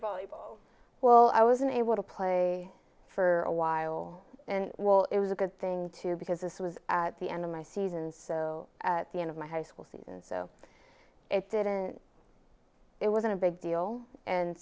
volleyball well i was unable to play for a while and well it was a good thing too because this was at the end of my season so at the end of my high school season so it didn't it wasn't a big deal and